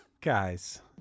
Guys